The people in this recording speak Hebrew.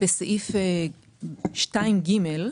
בסעיף 2(ג),